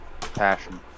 Passion